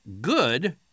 good